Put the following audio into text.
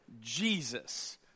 Jesus